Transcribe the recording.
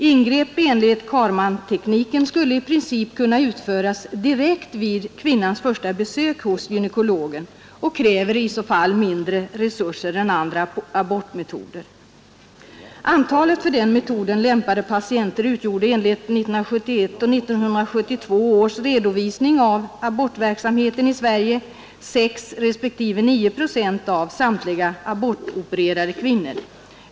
Ingrepp enligt Karman-tekniken skulle i princip kunna utföras direkt vid kvinnans första besök hos gynekologen och kräver i så fall mindre resurser än andra abortmetoder. Antalet för den metoden lämpade patienter utgjorde enligt 1971 och 1972 års redovisning av abortverksamheten i Sverige 6 respektive 9 procent av samtliga abortopererade kvinnor.